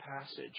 passage